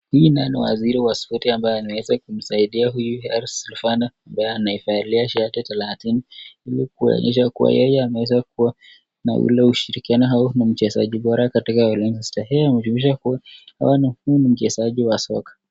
Huyu naye ni waziri wa spoti ambaye ameweza kumsaidia huyu R. Sylvane, ambaye anaivalia shati 30,ili kuonyesha kuwa yeye ameweza kuwa na ule ushirikiano au ni mchezaji bora katika Ulinzi Stars. Hii inajunuisha huyu ni mchezaji wa soka.